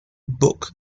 book